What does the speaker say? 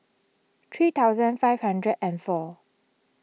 three thousand five hundred and four